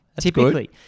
Typically